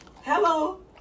Hello